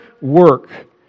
work